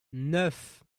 neuf